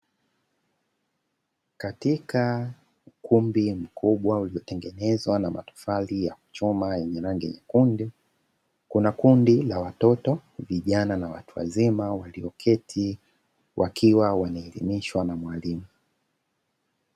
Katika ukumbi mkubwa uliotengenezwa na matofali ya kuchoma yenye rangi nyekundu, kuna kundi la watoto, vijana na watu wazima walioketi wakiwa wanaelimishwa na mwalimu.